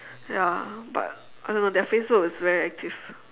ya but I don't know their facebook is very active